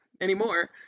anymore